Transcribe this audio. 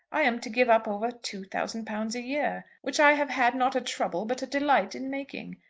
i am to give up over two thousand pounds a-year, which i have had not a trouble but a delight in making!